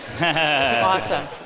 Awesome